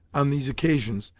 on these occasions,